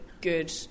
good